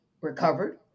recovered